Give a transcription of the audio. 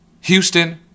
Houston